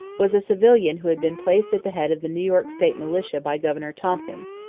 was a civilian who had been placed at the head of the new york state militia by governor tompkins,